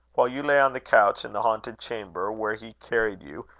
while you lay on the couch in the haunted chamber, where he carried you,